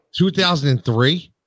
2003